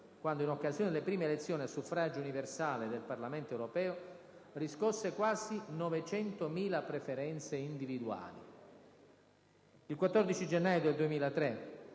quando, in occasione delle prime elezioni a suffragio universale del Parlamento europeo, riscosse quasi novecentomila preferenze individuali. Il 14 gennaio 2003,